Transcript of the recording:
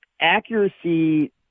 accuracy